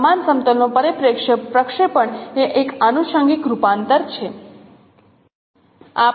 સમાન સમતલનો પરિપ્રેક્ષ્ય પ્રક્ષેપણ એ એક આનુષંગિક રૂપાંતર છે